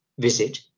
visit